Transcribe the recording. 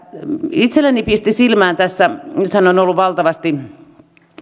itselleni pisti silmään tässä nythän on ollut valtavasti